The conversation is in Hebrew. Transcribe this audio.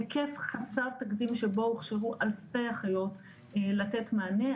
היקף חסר תקדים שבו הוכשרו אלפי אחיות לתת מענה,